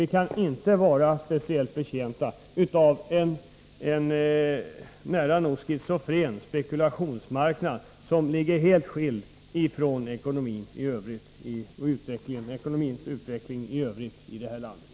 Vi har ju inte varit speciellt betjänta av en nära nog schizofren spekulationsmarknad, helt skild från utvecklingen av ekonomin i övrigt i det här landet.